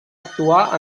actuar